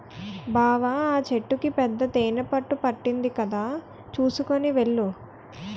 బావా ఆ చెట్టుకి పెద్ద తేనెపట్టు పట్టింది కదా చూసుకొని వెళ్ళు